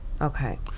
Okay